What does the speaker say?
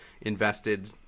invested